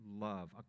love